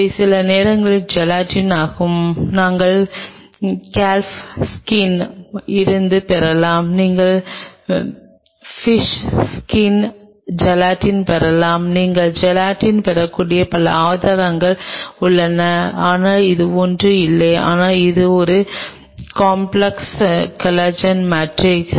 இது சில நேரங்களில் ஜெலட்டின் ஆகும் நாங்கள் கல்ப் ஸ்கின் இருந்து பெறலாம் நீங்கள் பிஷ் ஸ்கின் ஜெலட்டின் பெறலாம் நீங்கள் ஜெலட்டின் பெறக்கூடிய பல ஆதாரங்கள் உள்ளன ஆனால் அது ஒன்றும் இல்லை ஆனால் இது ஒரு காம்ப்லெக்ஸ் கொலாஜன் மேட்ரிக்ஸ்